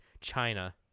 China